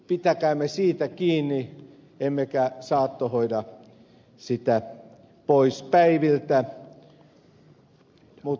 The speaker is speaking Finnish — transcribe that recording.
pitäkäämme siitä kiinni emmekä saattohoida sitä pois päiviltä